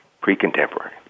Pre-contemporary